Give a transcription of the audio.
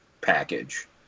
package